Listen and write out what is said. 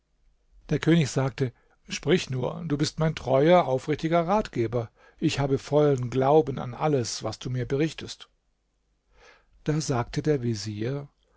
der könig sagte sprich nur du bist mein treuer aufrichtiger ratgeber ich habe vollen glauben an alles was du mir berichtest da sagte der vezier